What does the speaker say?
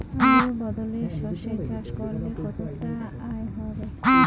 আলুর বদলে সরষে চাষ করলে কতটা আয় হবে?